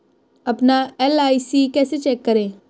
अपना एल.आई.सी कैसे चेक करें?